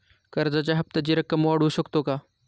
कर्जाच्या हप्त्याची रक्कम वाढवू शकतो का?